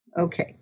Okay